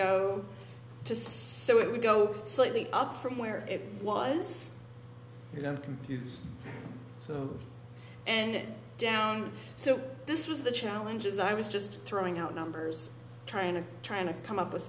go to so it would go slightly up from where it was you know computers so and down so this was the challenges i was just throwing out numbers trying to trying to come up with